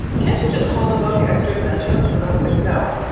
can't you just call the book extra dimensions? and i was like, no.